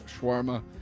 shawarma